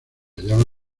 hallaba